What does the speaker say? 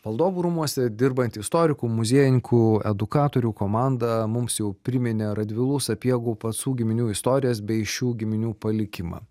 valdovų rūmuose dirbanti istorikų muziejininkų edukatorių komanda mums jau priminė radvilų sapiegų pacų giminių istorijas bei šių giminių palikimą